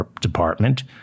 department